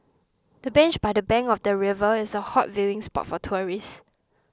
the bench by the bank of the river is a hot viewing spot for tourists